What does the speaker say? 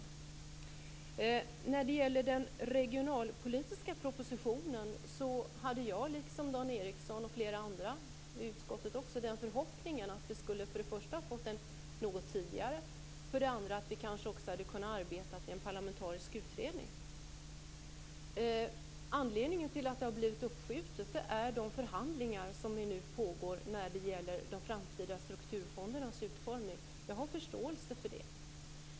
Jag liksom Dan Ericsson och flera andra i utskottet hade förhoppningen att vi skulle ha fått den regionalpolitiska propositionen något tidigare och att vi också hade kunnat arbeta i en parlamentarisk utredning. Anledningen till att propositionen har blivit uppskjuten är de förhandlingar som pågår när det gäller de framtida strukturfondernas utformning. Jag har förståelse för det.